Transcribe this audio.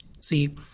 See